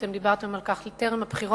אתם דיברתם על כך טרם הבחירות,